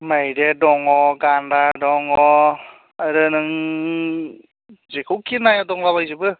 मैदेर दङ गान्दा दङ आरो नों जेखौखि नाया दंला बायजोबो